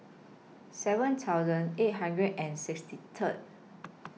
seven thousand eight hundred and sixty Third